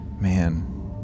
Man